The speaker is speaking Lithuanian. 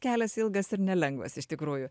kelias ilgas ir nelengvas iš tikrųjų